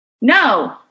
No